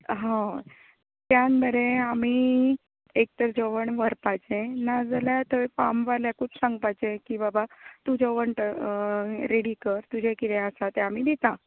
हय त्यान मरे आमी एक तर जेवण व्हरपाचें नाजाल्यार थंय फार्म वाल्याकूच सांगपाचें की बाबा तूं जेवण रॅडी कर तुजें कितें आसा तें आमी दिता